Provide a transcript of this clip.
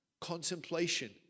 contemplation